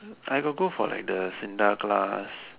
I got go for like the S_I_N_D_A class